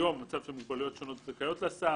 היום יש מצב שמוגבלויות שונות זכאיות להסעה.